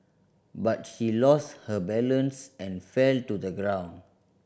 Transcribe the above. but she lost her balance and fell to the ground